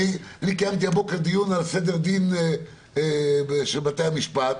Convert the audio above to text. קיימתי היום בבוקר דיון על סדר דין של בתי המשפט,